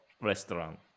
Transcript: restaurant